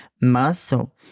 muscle